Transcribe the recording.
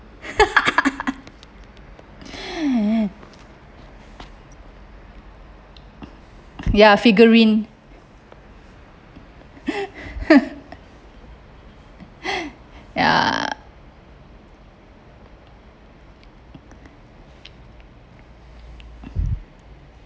ya figurine ya